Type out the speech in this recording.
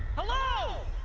hello!